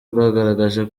bwagaragaje